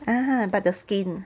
ah but the skin